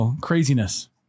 craziness